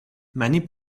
many